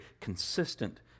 consistent